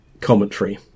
commentary